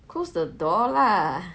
close the door lah